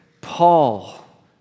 Paul